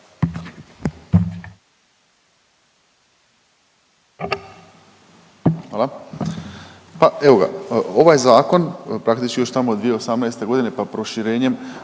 Hvala. Pa evo ga, ovaj zakon praktički još tamo 2018. godine pa proširenjem